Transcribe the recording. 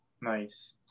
nice